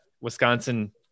Wisconsin